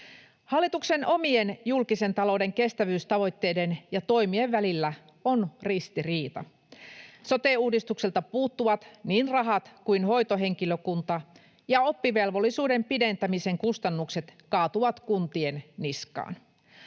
Hallituksen omien julkisen talouden kestävyystavoitteiden ja toimien välillä on ristiriita. Sote-uudistukselta puuttuvat niin rahat kuin hoitohenkilökunta, ja oppivelvollisuuden pidentämisen kustannukset kaatuvat kuntien niskaan.